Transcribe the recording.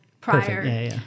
prior